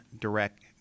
direct